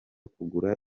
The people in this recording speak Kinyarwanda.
kugura